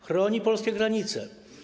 Chronimy polskie granice.